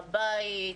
בבית,